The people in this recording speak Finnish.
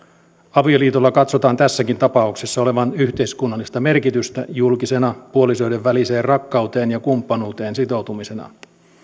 avioliitolla katsotaan tässäkin tapauksessa olevan yhteiskunnallista merkitystä julkisena puolisoiden väliseen rakkauteen ja kumppanuuteen sitoutumisena